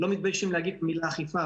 לא מתביישים להגיד את המילה "אכיפה",